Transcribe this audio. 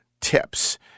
tips